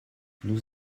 nous